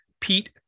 Pete